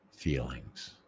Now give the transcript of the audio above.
feelings